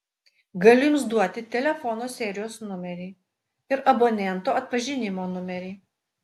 galiu jums duoti telefono serijos numerį ir abonento atpažinimo numerį